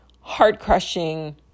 heart-crushing